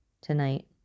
tonight